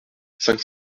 cinq